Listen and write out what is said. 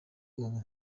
ubu